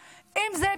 אם זה תכנון,